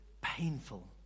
painful